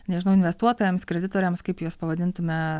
nežinau investuotojams kreditoriams kaip juos pavadintume